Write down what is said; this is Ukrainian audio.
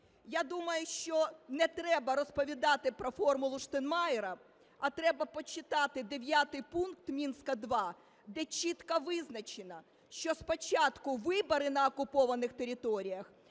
Я думаю, що не треба розповідати про "формулу Штайнмайєра", а треба почитати 9 пункт Мінська-2, де чітко визначено, що спочатку вибори на окупованих територіях,